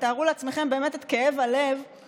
תארו לעצמכם את כאב הלב של הורים,